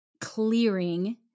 clearing